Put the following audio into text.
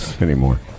Anymore